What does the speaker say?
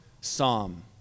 psalm